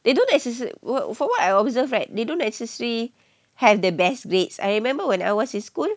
they don't necessar~ from what I observed right they don't necessary have the best grades I remember when I was in school